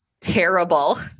terrible